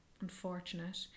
unfortunate